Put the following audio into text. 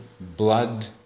blood